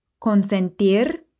consentir